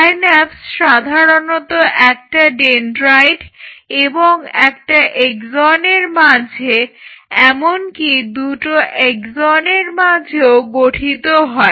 sinus সাধারণত একটা dendrite এবং একটা এক্সনের মাঝে এমনকি দুটো এক্সনের মধ্যেও গঠিত হয়